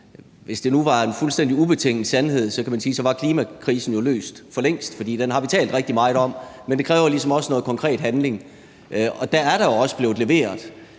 Hvis det nu var en fuldstændig ubetinget sandhed, kan man sige, at klimakrisen så nu var løst for længst, for den har vi talt rigtig meget om. Men det kræver ligesom også noget konkret handling, og der er da også blevet leveret.